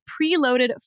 preloaded